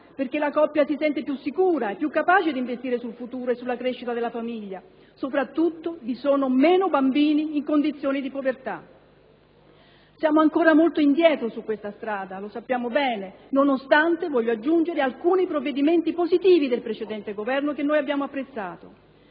perché la coppia si sente più sicura e più capace di investire sul futuro e sulla crescita della famiglia. Soprattutto, vi sono meno bambini in condizioni di povertà. Siamo ancora molto indietro su questa strada, lo sappiamo bene, nonostante alcuni provvedimenti positivi del precedente Governo, che noi abbiamo apprezzato.